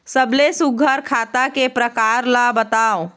सबले सुघ्घर खाता के प्रकार ला बताव?